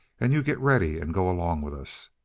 and you get ready and go along with us.